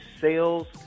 sales